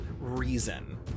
reason